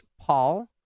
Paul